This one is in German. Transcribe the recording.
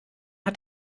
hat